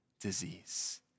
disease